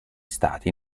stati